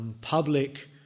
public